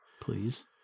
Please